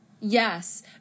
Yes